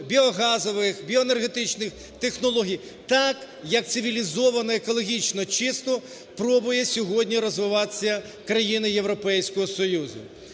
розвитокбіогазових, біоенергетичних технологій, так, як цивілізовано, екологічно чисто пробують сьогодні розвиватися країни Європейського Союзу.